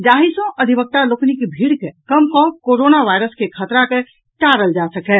जाहि सॅ अधिवक्ता लोकनिक भीड़ के कम कऽ कोरोना वायरस के खतरा के टारल जा सकय